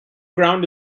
ground